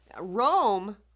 Rome